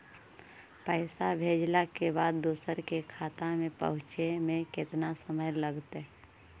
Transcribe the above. पैसा भेजला के बाद दुसर के खाता में पहुँचे में केतना समय लगतइ?